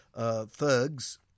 thugs